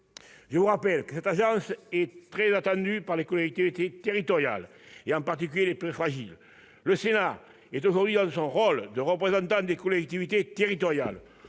Mes chers collègues, cette agence est très attendue par les collectivités territoriales, en particulier par les plus fragiles d'entre elles. Le Sénat est aujourd'hui dans son rôle de représentant des collectivités territoriales.